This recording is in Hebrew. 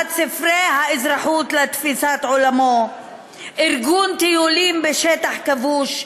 ספרי האזרחות לתפיסת עולמו ובארגון טיולים בשטח כבוש,